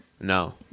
No